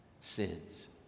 sins